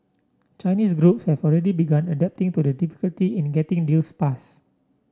Chinese groups have already begun adapting to the difficulty in getting deals passed